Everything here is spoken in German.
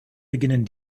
beginnen